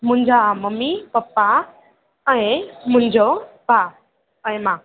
मुंहिंजा mummy papa ऐं मुंहिंजो भाउ ऐं मां